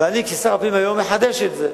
ואני כשר הפנים היום מחדש את זה.